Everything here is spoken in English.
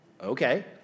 okay